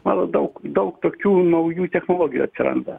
matot daug daug tokių naujų technologijų atsiranda